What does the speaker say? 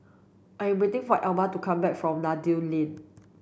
I am waiting for Alma to come back from Noordin Lane